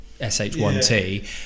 SH1T